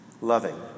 loving